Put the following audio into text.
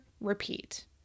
Repeat